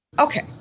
Okay